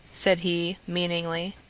said he meaningly.